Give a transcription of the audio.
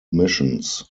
missions